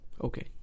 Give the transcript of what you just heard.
Okay